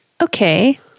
Okay